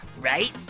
right